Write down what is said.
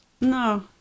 no